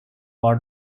for